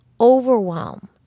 Overwhelm